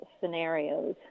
scenarios